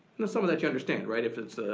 and some of that you understand, right, if its,